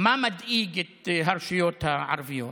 מה מדאיג את הרשויות הערביות.